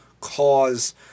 cause